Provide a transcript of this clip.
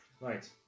Right